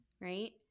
right